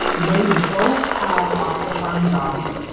they both have off the farm jobs.